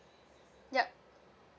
yup